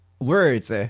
words